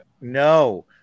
No